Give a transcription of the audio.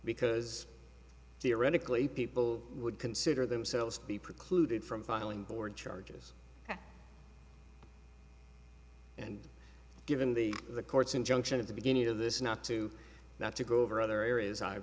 because theoretically people would consider themselves to be precluded from filing board charges and given the court's injunction in the beginning of this not to not to go over other areas i